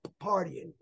partying